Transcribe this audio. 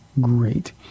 great